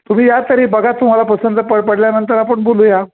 तुम्ही या तरी बघा तुम्हाला पसंत पडल्यानंतर आपण बोलूया